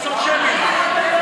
להמשיך?